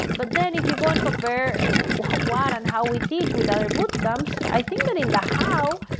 but then if you go and compare what what and how we teach with other boot camps, i think that in the how,